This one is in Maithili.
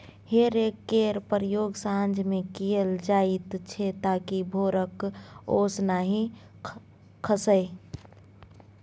हे रैक केर प्रयोग साँझ मे कएल जाइत छै ताकि भोरक ओस नहि खसय